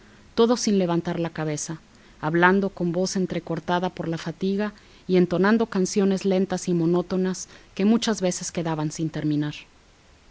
todo sin levantar la cabeza hablando con voz entrecortada por la fatiga y entonando canciones lentas y monótonas que muchas veces quedaban sin terminar